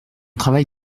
travail